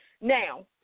Now